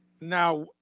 Now